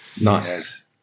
Nice